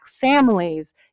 families